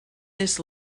this